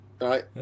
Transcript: right